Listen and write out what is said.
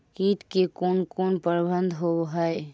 किट के कोन कोन प्रबंधक होब हइ?